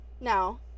Now